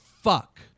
fuck